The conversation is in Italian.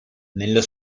nello